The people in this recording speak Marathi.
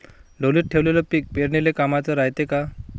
ढोलीत ठेवलेलं पीक पेरनीले कामाचं रायते का?